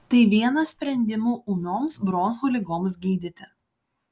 tai vienas sprendimų ūmioms bronchų ligoms gydyti